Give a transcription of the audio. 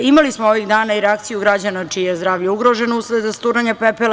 Imali smo ovih dana i reakciju građana čije je zdravlje ugroženo usled rasturanja pepela.